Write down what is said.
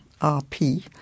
RP